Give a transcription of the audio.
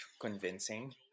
convincing